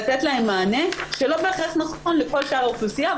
לתת להם מענה שלא בהכרח נכון לכל שאר האוכלוסייה,